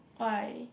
why